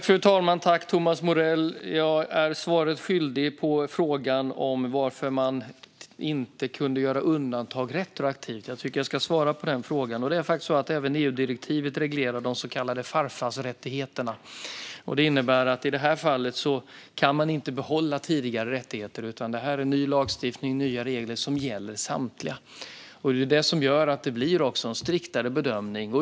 Fru talman! Jag är skyldig ett svar på frågan varför man inte kunde göra undantag retroaktivt. Svaret är att även EU-direktivet reglerar de så kallade farfarsrättigheterna. Det innebär i det här fallet att man inte kan behålla tidigare rättigheter. I stället är det ny lagstiftning och nya regler som gäller samtliga, och det är det som gör att det blir en striktare bedömning.